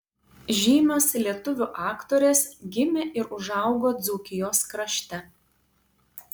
žymios lietuvių aktorės gimė ir užaugo dzūkijos krašte